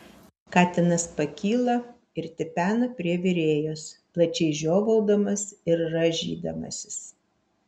katinas pakyla ir tipena prie virėjos plačiai žiovaudamas ir rąžydamasis